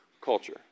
culture